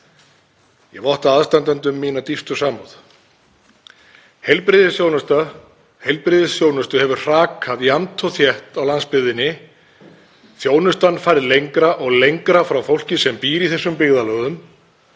Ég votta aðstandendum mína dýpstu samúð. Heilbrigðisþjónustu hefur hrakað jafnt og þétt á landsbyggðinni, þjónustan farið lengra og lengra frá fólki sem býr í þessum byggðarlögum,